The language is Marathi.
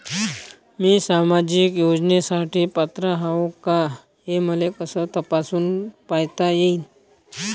मी सामाजिक योजनेसाठी पात्र आहो का, हे मले कस तपासून पायता येईन?